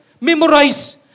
memorize